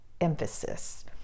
emphasis